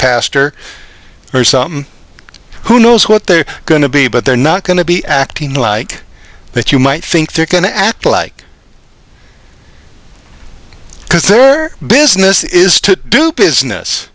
pastor or some who knows what they're going to be but they're not going to be acting like that you might think they're going to act like because their business is to do business